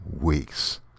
weeks